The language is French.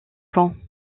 caen